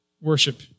worship